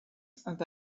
that